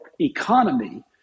economy